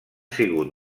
sigut